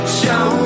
show